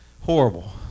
horrible